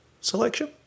selection